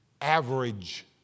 average